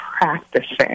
practicing